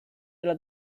della